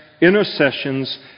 intercessions